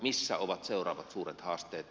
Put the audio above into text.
missä ovat seuraavat suuret haasteet